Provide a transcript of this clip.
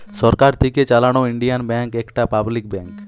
সরকার থিকে চালানো Indian bank একটা পাবলিক ব্যাঙ্ক